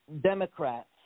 Democrats